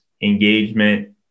engagement